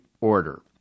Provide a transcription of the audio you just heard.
order